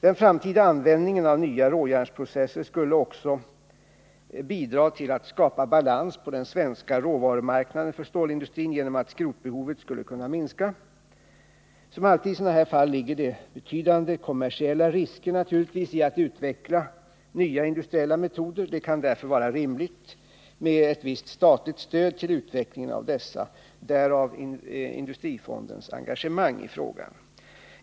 Den framtida användningen av nya råjärnsprocesser skulle också bidra till att skapa balans på den svenska råvarumarknaden för stålindustrin genom att skrotbehovet skulle kunna minskas. Som alltid i sådana här fall ligger det naturligtvis betydande kommersiella risker i att utveckla nya industriella metoder. Det kan därför vara rimligt med ett visst statligt stöd till utvecklingen av dessa — därav industrifondens engagemang i frågan.